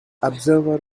observer